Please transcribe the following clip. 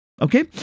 Okay